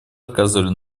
оказывали